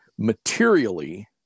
materially